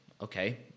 okay